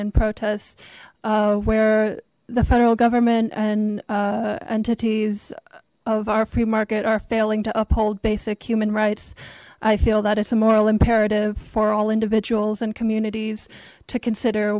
and protests where the federal government and entities of our free market are failing to uphold basic human rights i feel that is a moral imperative for all individuals and communities to consider